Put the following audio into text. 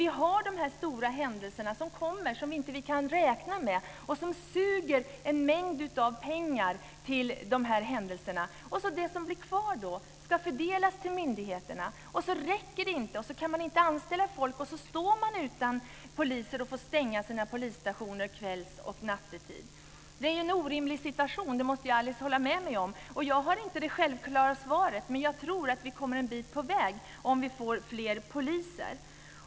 Vi har ju sådana här stora händelser som kommer och som vi inte kan räkna med och som suger åt sig en mängd pengar. Det som blir kvar ska sedan fördelas till myndigheterna, och så räcker det inte. Man kan inte anställa folk, och så står man utan poliser och får stänga sina polisstationer under kvälls och nattetid. Alice måste hålla med mig om att det är en orimlig situation. Jag har inte det självklara svaret, men jag tror att vi kommer en bit på väg om vi får fler poliser.